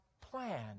plan